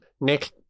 Nick